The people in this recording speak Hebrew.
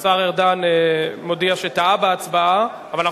השר ארדן מודיע שטעה בהצבעה,